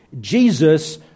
Jesus